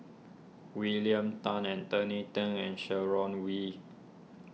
William Tan Anthony then and Sharon Wee